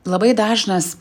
labai dažnas